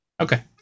Okay